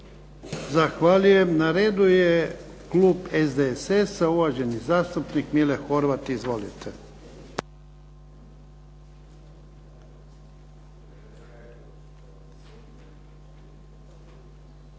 Zahvaljujem. I na redu je klub HNS-a, uvaženi zastupnik Miljenko Dorić. Izvolite.